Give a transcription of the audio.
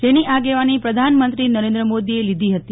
જેની આગેવાની પ્રધાનમંત્રી નરેન્દ્ર મોદીએ લીધી હતી